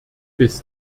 bis